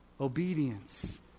Obedience